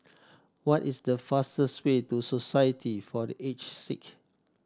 what is the fastest way to Society for The Aged Sick